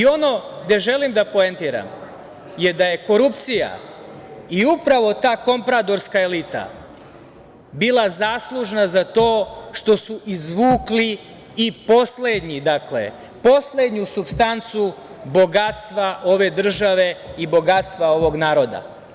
Ono gde želim da poentiram je da je korupcija i upravo ta kompradorska elita bila zaslužna za to što su izvukli i poslednju supstancu bogatstva ove države i bogatstva ovog naroda.